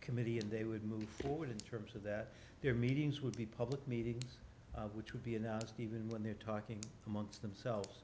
committee and they would move forward in terms of that their meetings would be public meeting which would be announced even when they're talking amongst themselves